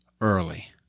early